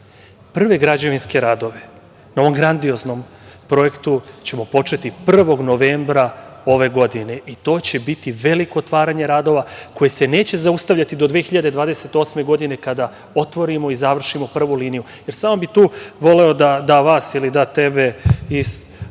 građanske radove, na ovom grandioznom projektu ćemo početi 1. novembra ove godine i to će biti veliko otvaranje radova koje se neće zaustaviti do 2028. godine kada otvorimo i završimo prvu liniju. Samo bih tu voleo da vas podsetim,